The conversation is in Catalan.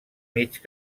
mig